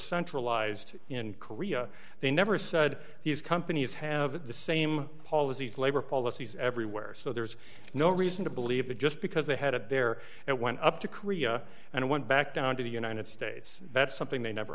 centralized in korea they never said these companies have the same policies labor policies everywhere so there's no reason to believe that just because the head up there and went up to korea and went back down to the united states that's something they never